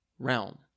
realm